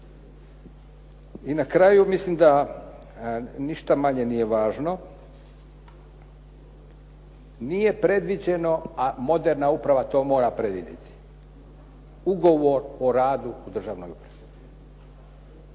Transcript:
I na kraju mislim da ništa manje nije važno. Nije predviđeno, a moderna uprava to mora predvidjeti ugovor o radu u državnoj upravi.